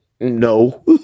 No